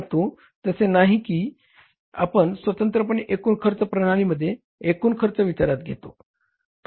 परंतु तसे नाही जसे की आपण स्वतंत्रपणे एकूण खर्च प्रणालीमध्ये एकूण खर्च विचारात घेतो